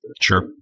Sure